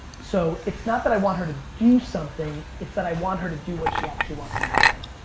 so, it's not that i want her to do something. it's that i want her to do what she actually wants to be doing.